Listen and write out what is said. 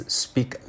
speak